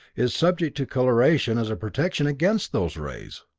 is subject to coloration as a protection against those rays.